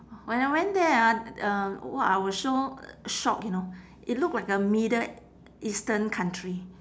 when I went there ah uh !wah! I was so shocked you know it look like a middle eastern country